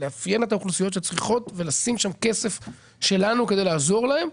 לאפיין את האוכלוסיות שצריכות ולשים שם כסף שלנו כדי לעזור להם.